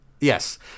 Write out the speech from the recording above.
Yes